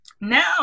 Now